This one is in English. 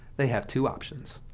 they have two options.